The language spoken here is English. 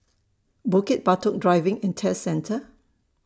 Bukit Batok Driving and Test Centre